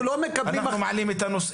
אנחנו מעלים את הנושאים.